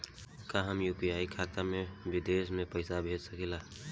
का हम यू.पी.आई खाता से विदेश म पईसा भेज सकिला?